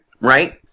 right